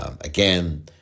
Again